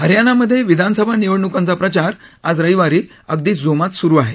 हरियाणामधे विधानसभा निवडणूकांचा प्रचार आज रविवारी अगदी जोमात सुरु आहे